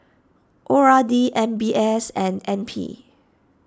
O R D M B S and N P